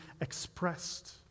expressed